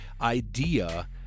idea